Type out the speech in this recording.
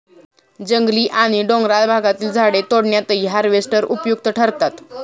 जंगली आणि डोंगराळ भागातील झाडे तोडण्यातही हार्वेस्टर उपयुक्त ठरतात